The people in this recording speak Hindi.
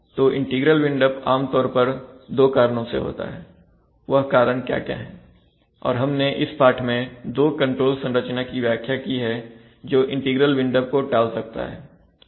तो इंटीग्रल विंड अप आमतौर पर दो कारणों से होता है वह कारण क्या क्या है और हमने इस पाठ में दो कंट्रोल संरचना की व्याख्या की है जो इंटीग्रल विंड अप को टाल सकता है